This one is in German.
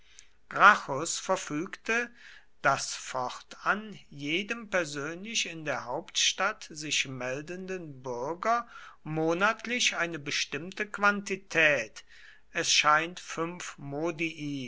gracchus verfügte daß fortan jedem persönlich in der hauptstadt sich meldenden bürger monatlich eine bestimmte quantität es scheint modii